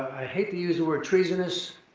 i hate to use the word treasonous,